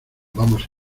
vamos